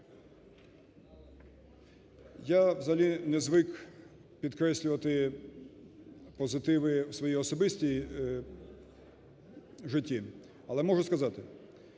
Я взагалі не звик підкреслювати позитиви свої особисті у житті. Але можу сказати: